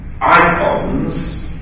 icons